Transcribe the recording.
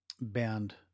bound